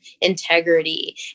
integrity